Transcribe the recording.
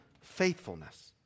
faithfulness